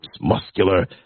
muscular